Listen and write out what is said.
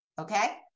Okay